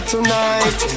Tonight